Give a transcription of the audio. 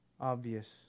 obvious